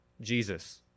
Jesus